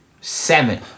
Seven